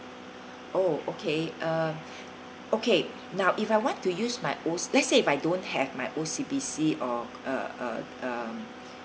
oh okay uh okay now if I want to use my O let's say I don't have my O_C_B_C or uh uh uh